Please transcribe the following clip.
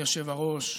אדוני היושב-ראש,